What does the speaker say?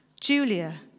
Julia